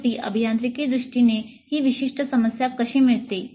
शेवटी अभियांत्रिकी दृष्टीने ही विशिष्ट समस्या कशी मिळते